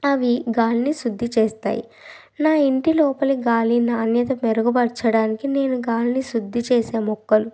అవి గాలిని శుద్ధి చేస్తాయి నా ఇంటి లోపలి గాలిని అనేది మెరుగుపరచడానికి నేను గాలిని శుద్ధి చేసే మొక్కలు